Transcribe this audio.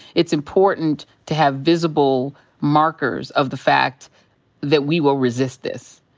it's important to have visible markers of the fact that we will resist this.